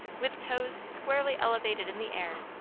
with toes squarely elevated in the air,